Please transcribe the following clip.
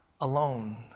alone